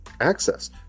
access